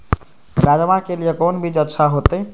राजमा के लिए कोन बीज अच्छा होते?